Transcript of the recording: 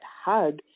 hug